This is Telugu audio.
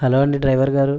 హలో అండి డ్రైవర్ గారు